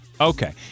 Okay